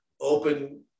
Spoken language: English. open